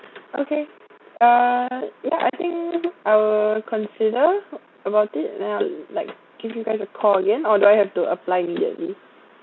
okay uh yeah I think I will consider about it then I will like give you guys a call again or do I have to apply immediately